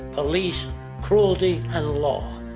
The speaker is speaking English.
police cruelty and law.